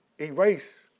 erase